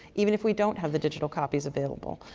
even if we don't have the digital copies available.